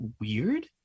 weird